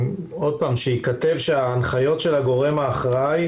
התקנה שייכתב שההנחיות של הגורם האחראי